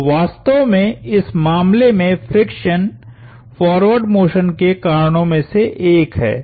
तोवास्तव में इस मामले में फ्रिक्शन फॉरवर्ड मोशन के कारणों में से एक है